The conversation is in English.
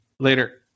Later